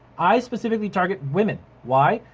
i specifically target women. why?